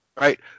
Right